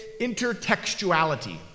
intertextuality